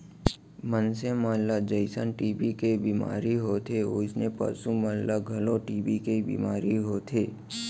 मनसे मन ल जइसन टी.बी के बेमारी होथे वोइसने पसु मन ल घलौ टी.बी के बेमारी होथे